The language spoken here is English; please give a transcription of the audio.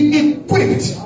equipped